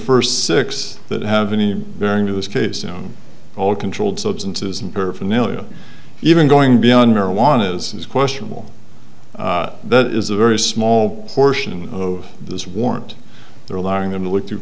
first six that have any bearing to this case on all controlled substances and per from ilya even going beyond marijuana as is questionable that is a very small portion of this warrant they're allowing them to look through